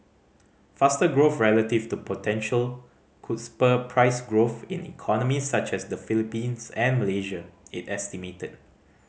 faster growth relative to potential could spur price growth in economies such as the Philippines and Malaysia it estimated